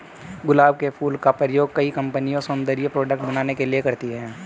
गुलाब के फूल का प्रयोग कई कंपनिया सौन्दर्य प्रोडेक्ट बनाने के लिए करती है